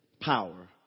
power